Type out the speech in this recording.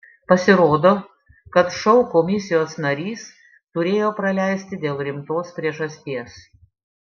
pasirodo kad šou komisijos narys turėjo praleisti dėl rimtos priežasties